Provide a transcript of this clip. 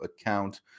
account